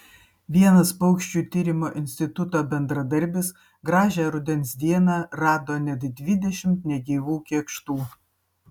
vienas paukščių tyrimo instituto bendradarbis gražią rudens dieną rado net dvidešimt negyvų kėkštų